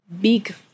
big